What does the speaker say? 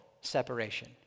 separation